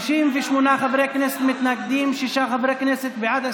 58 חברי כנסת מתנגדים, שישה חברי כנסת בעד.